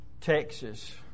Texas